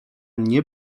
nie